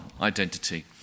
identity